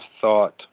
thought